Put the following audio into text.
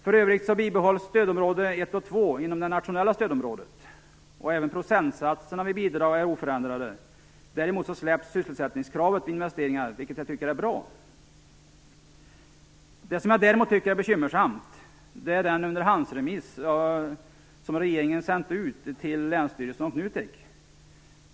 För övrigt bibehålls stödområde 1 och 2 inom det nationella stödområdet, och även procentsatserna vid bidrag är oförändrade. Däremot släpps sysselsättningskravet vid investeringar, vilket jag tycker är bra. Det som jag däremot tycker är bekymmersamt är den underhandsremiss som regeringen sänt ut till länsstyrelser och NUTEK.